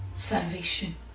Salvation